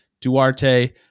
Duarte